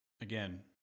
Again